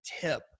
tip